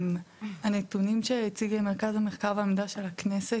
הנתונים שהציג מרכז המידע והמחקר של הכנסת,